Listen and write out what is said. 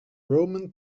roman